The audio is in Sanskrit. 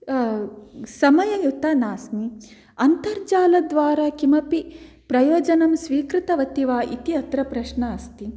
समययुता नास्मि अन्तर्जालद्वारा किमपि प्रयोजनं स्वीकृतवती वा इति अत्र प्रश्नः अस्ति